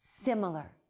similar